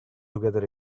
together